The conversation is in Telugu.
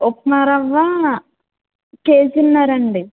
ఉప్మా రవ్వ కేజిన్నరండి